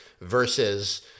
versus